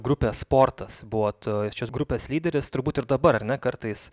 grupės sportas buvot šios grupės lyderis turbūt ir dabar ar ne kartais